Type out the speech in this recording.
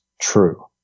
true